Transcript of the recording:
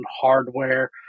hardware